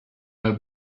her